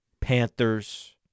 Panthers